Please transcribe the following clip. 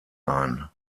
ein